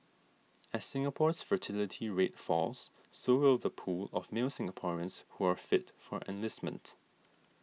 as Singapore's fertility rate falls so will the pool of male Singaporeans who are fit for enlistment